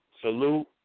Salute